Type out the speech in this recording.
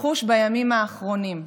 לחוש בימים האחרונים?